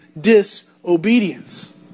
disobedience